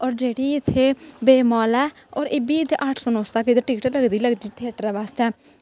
और जेह्ड़े इत्थै वेव मॉल ऐ इब्बी इत्थै अट्ठ सौ नौ सौ तक टिकट लगदी गै लगदी थियेटर बास्तै